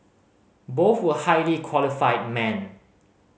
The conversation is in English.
both were highly qualified men